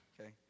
okay